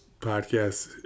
podcast